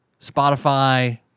Spotify